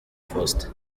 faustin